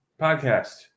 podcast